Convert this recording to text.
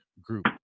group